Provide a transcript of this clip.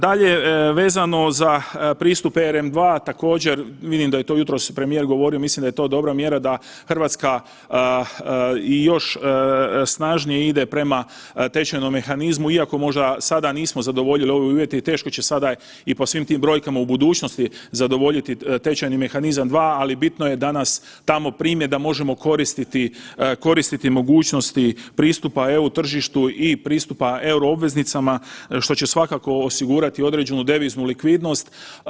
Dalje, vezano za pristup ERM II također vidim da je to jutros premijer govorio mislim da je to dobra mjera da Hrvatska i još snažnije ide prema tečajnom mehanizmu iako možda sada nismo zadovolji ove uvjete i teško će sada i po svim tim brojkama u budućnosti zadovoljiti tečajni mehanizam II, ali bitno je da nas tamo prime da možemo koristiti mogućnosti pristupa EU tržištu i pristupa euro obveznicama što će svakako osigurati određenu deviznu likvidnost.